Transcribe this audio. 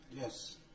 Yes